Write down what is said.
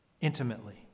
Intimately